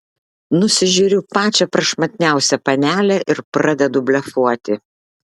nusižiūriu pačią prašmatniausią panelę ir pradedu blefuoti